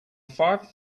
five